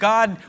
God